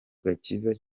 gakiza